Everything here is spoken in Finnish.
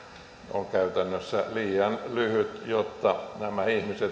on käytännössä liian lyhyt jotta nämä